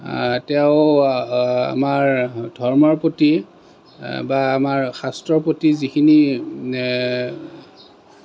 তেওঁ আমাৰ ধৰ্মৰ প্ৰতি বা আমাৰ শাস্ত্ৰৰ প্ৰতি যিখিনি